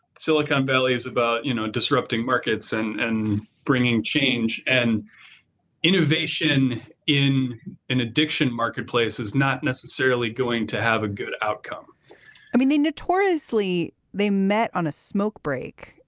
silicon valley is about, you know, disrupting markets and and bringing change and innovation in an addiction marketplace is not necessarily going to have a good outcome i mean, they notoriously they met on a smoke break.